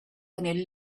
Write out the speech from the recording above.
only